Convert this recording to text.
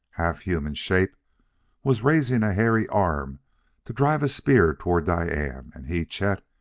half-human shape was raising a hairy arm to drive a spear toward diane, and he, chet,